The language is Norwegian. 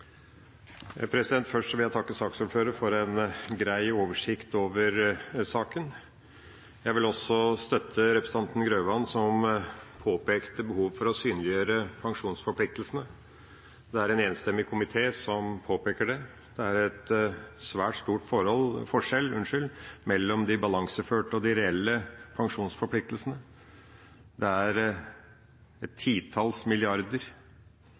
Først vil jeg takke saksordføreren for en grei oversikt over saken. Jeg vil også støtte representanten Grøvan, som påpekte behovet for å synliggjøre pensjonsforpliktelsene. Det er en enstemmig komité som påpeker det. Det er en svært stor forskjell mellom de balanseførte og de reelle pensjonsforpliktelsene, det er titalls milliarder.